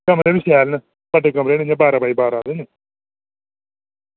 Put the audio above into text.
कमरे बी शैल न बड्डे कमरे न बारां बाय बारां दे